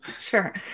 Sure